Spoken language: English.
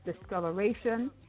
discoloration